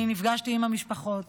אני נפגשתי עם המשפחות,